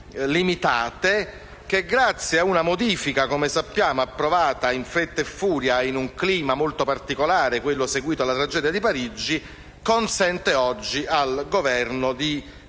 limitate, che grazie ad una modifica approvata in fretta e furia, in un clima molto particolare, come quello seguito alla tragedia di Parigi, consente oggi al Governo di